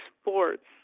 sports